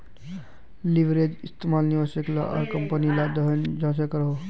leverage इस्तेमाल निवेशक ला आर कम्पनी ला दनोह जन करोहो